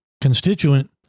constituent